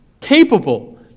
capable